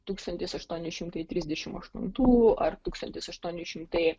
tūkstantis aštuoni šimtai trisdešimtų aštuntų ar tūkstantis aštuoni šimtai